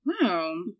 Wow